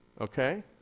Okay